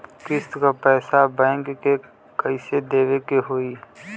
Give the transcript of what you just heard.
किस्त क पैसा बैंक के कइसे देवे के होई?